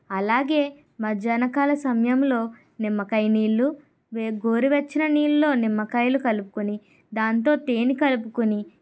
మధ్యాహ్న సమయములో నిమ్మకాయ నీళ్ళు గోరువెచ్చని నీళ్ళలో నిమ్మకాయలు కలుపుకొని దానితో తేనె కలుపుకొని